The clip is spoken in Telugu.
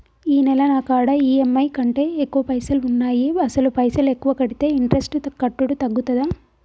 ఈ నెల నా కాడా ఈ.ఎమ్.ఐ కంటే ఎక్కువ పైసల్ ఉన్నాయి అసలు పైసల్ ఎక్కువ కడితే ఇంట్రెస్ట్ కట్టుడు తగ్గుతదా?